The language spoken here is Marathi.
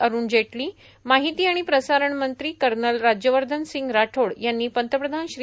अरूण जेटली माहिती आणि प्रसारण मंत्री कर्नल राज्यवर्धन सिंग राठोड यांनी पंतप्रधान श्री